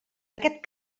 aquest